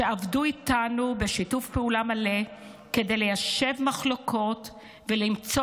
שעבדו איתנו בשיתוף פעולה מלא כדי ליישב מחלוקות ולמצוא